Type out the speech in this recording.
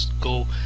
go